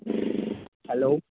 hello